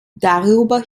darüber